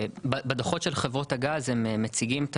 בדו"חות של חברות הגז הם מציגים גם